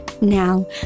Now